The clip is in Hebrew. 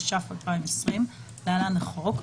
התש״ף-2020 (להלן - החוק),